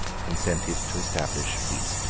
consented to establish peace.